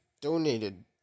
donated